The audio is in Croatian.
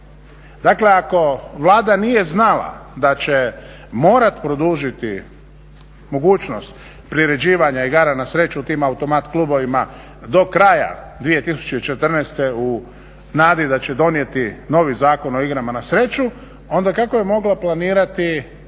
Dakle, ako Vlada nije znala da će morati produžiti mogućnost priređivanja igara na sreću tim automat klubovima do kraja 2014. u nadi da će donijeti novi Zakon o igrama na sreću onda kako je mogla planirati